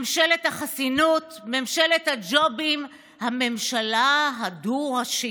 ממשלת החסינות, ממשלת הג'ובים, הממשלה הדו-ראשית.